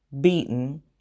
beaten